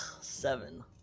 Seven